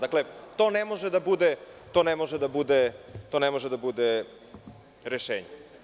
Dakle, to ne može da bude rešenje.